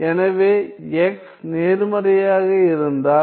எனது x நேர்மறையாக இருந்தால்